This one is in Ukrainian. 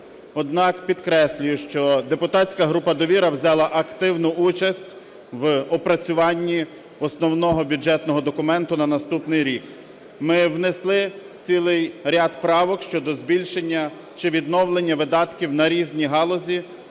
Однак, підкреслюю, що депутатська група "Довіра" взяла активну участь в опрацюванні основного бюджетного документу на наступний рік. Ми внесли цілий ряд правок щодо збільшення чи відновлення видатків на різні галузі